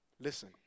Listen